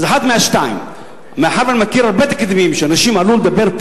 אז אחת מהשתיים: מאחר שאני מכיר הרבה תקדימים שאנשים עלו לדבר,